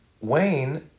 Wayne